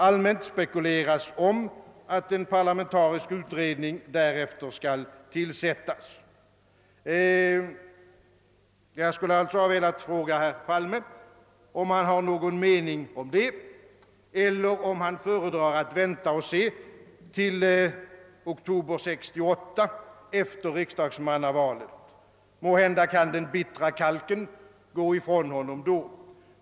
Allmänt spekuleras det om att en parlamentarisk utredning eller kommitté därefter skall tillsättas. Jag skulle ha velat fråga herr Palme, om han har någon mening om en sådan kommitté, eller om han föredrar att vänta och se till oktober 1968, efter riksdagsmannavalet. Måhända kan den bittra kalken då gå ifrån honom.